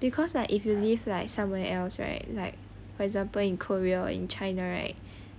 because like if you live like somewhere else right like for example in korea or in china right